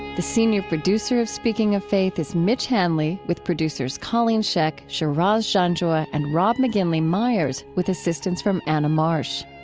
the senior producer of speaking of faith is mitch hanley, with producers colleen scheck, shiraz janjua, and rob mcginley myers, with assistance from anna marsh.